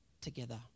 together